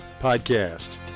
Podcast